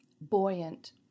Buoyant